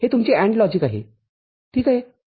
हे तुमचे AND logic आहे ठीक आहे